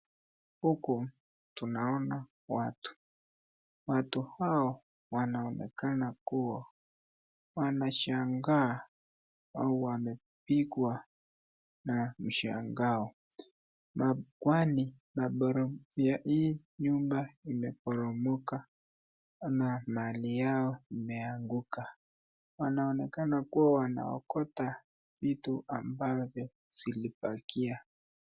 Huku tunaona watu, watu hawa wanaonekana kuwa wanashanga au wamepikwa na mshangao kwani hii nyumba imeboromoka na mahili yao imeanguka wanaonekana kuwa wanaokota vitu ambavyo zilipakia.